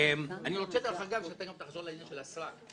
אני רוצה דרך אגב שאתה גם תחזור לעניין של הסרק.